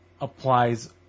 applies